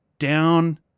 down